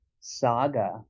saga